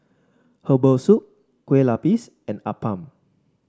Herbal Soup Kueh Lupis and Appam